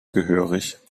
gehörig